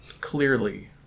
clearly